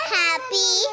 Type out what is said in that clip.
happy